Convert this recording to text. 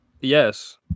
Yes